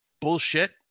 Bullshit